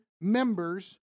members